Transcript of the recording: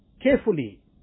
carefully